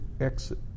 exit